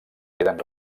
queden